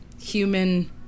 human